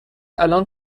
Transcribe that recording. الان